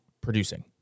producing